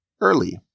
early